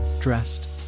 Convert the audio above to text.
dressed